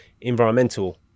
environmental